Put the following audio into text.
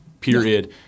period